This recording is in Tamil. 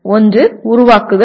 ஒன்று உருவாக்குதல்